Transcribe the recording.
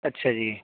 ਅੱਛਾ ਜੀ